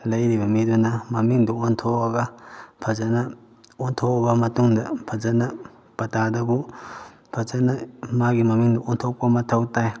ꯂꯩꯔꯤꯕ ꯃꯤꯗꯨꯅ ꯃꯃꯤꯡꯗꯨ ꯑꯣꯟꯊꯣꯛꯑꯒ ꯐꯖꯅ ꯑꯣꯟꯊꯣꯛꯑꯕ ꯃꯇꯨꯡꯗ ꯐꯖꯅ ꯄꯇꯥꯗꯨꯕꯨ ꯐꯖꯅ ꯃꯥꯒꯤ ꯃꯃꯤꯡꯗ ꯑꯣꯟꯊꯣꯛꯄ ꯃꯊꯧ ꯇꯥꯏ